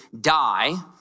die